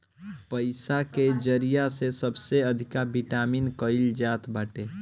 पईसा के जरिया से सबसे अधिका विमिमय कईल जात बाटे